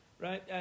right